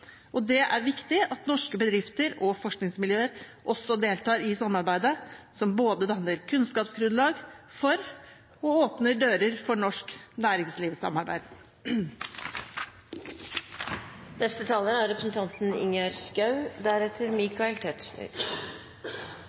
Det er viktig at norske bedrifter og forskningsmiljøer også deltar i samarbeidet, som både danner kunnskapsgrunnlag for og åpner dører for norsk næringslivssamarbeid.